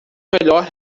melhor